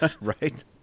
Right